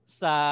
sa